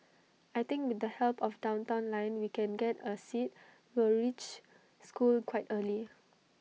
I think with the help of downtown line we can get A seat we'll reach school quite early